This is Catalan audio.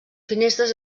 finestres